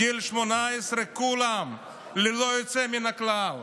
בגיל 18, כולם ללא יוצא מן הכלל,